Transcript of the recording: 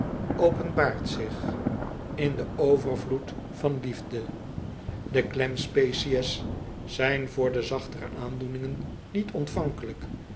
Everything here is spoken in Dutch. openbaart zich in den overvloed van liefde de klem species zijn voor de zachtere aandoeningen niet ontvankelijk